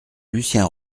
lucien